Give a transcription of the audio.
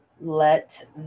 let